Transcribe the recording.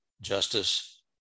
justice